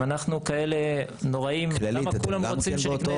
אם אנחנו כאלה נוראיים למה כולם רוצים שנקנה אצלם?